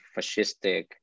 fascistic